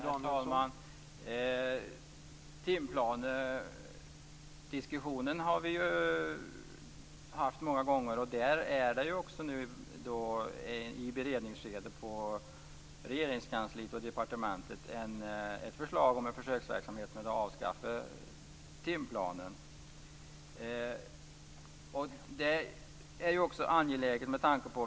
Herr talman! Timplanediskussionen har vi ju haft många gånger. I Regeringskansliet och på departementet bereds ett förslag om en försöksverksamhet med att avskaffa timplanen.